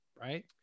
right